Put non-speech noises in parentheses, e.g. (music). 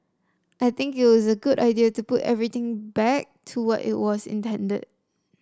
I think (unintelligible) a good idea to put everything back to what it was intended